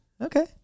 Okay